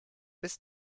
bis